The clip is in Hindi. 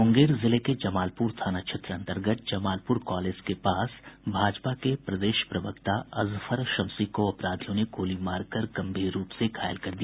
मुंगेर जिले के जमालपुर थाना क्षेत्र अंतर्गत जमालपुर कॉलेज के पास भाजपा के प्रदेश प्रवक्ता अजफर शम्सी को अपराधियों ने गोली मारकर गंभीर रूप से घायल कर दिया